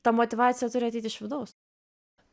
ta motyvacija turi ateiti iš vidaus